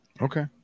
okay